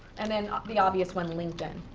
and then, the obvious one, linkedin.